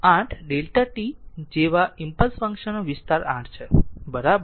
8 Δ t જેવા impulse function નો વિસ્તાર 8 છે બરાબર